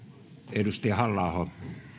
edustaja halla aho